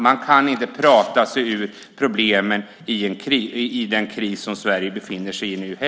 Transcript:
Man kan inte prata sig ur problemen i den kris heller som Sverige nu befinner sig i.